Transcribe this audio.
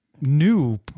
new